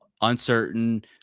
uncertain